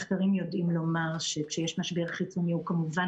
מחוקרים יודעים לומר שכשיש משבר חיצוני הוא כמובן